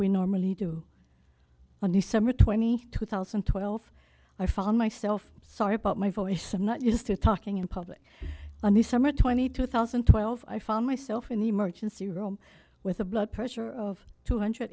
we normally do on december twenty two thousand and twelve i found myself sorry about my voice i'm not used to talking in public on the summer twenty two thousand and twelve i found myself in the emergency room with a blood pressure of two hundred